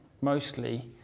mostly